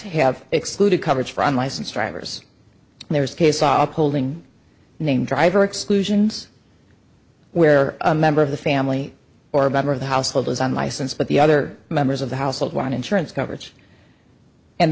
have excluded coverage for unlicensed drivers there is a case off holding named driver exclusions where a member of the family or better of the household is on license but the other members of the household want insurance coverage and